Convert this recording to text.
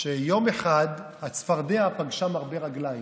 שיום אחד הצפרדע פגשה מרבה רגליים.